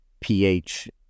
pH